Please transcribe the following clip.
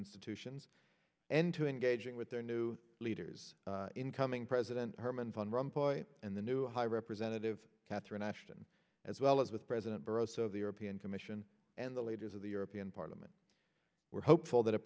institutions and to engaging with their new leaders incoming president herman fun run point and the new high representative catherine ashton as well as with president barroso the european commission and the leaders of the european parliament we're hopeful that a